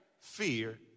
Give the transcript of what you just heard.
fear